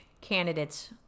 candidate's